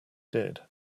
did